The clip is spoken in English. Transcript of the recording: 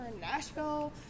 nashville